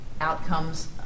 outcomes